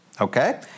okay